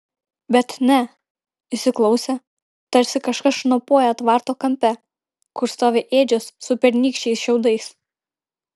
bet ne įsiklausė tarsi kažkas šnopuoja tvarto kampe kur stovi ėdžios su pernykščiais šiaudais